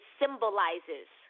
symbolizes